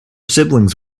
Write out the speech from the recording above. siblings